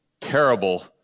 terrible